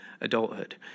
adulthood